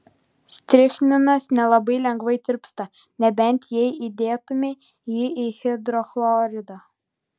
strichninas nelabai lengvai tirpsta nebent jei įdėtumei jį į hidrochloridą